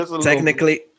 technically